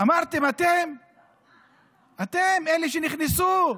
אמרתם אתם, אתם, אלה שנכנסו.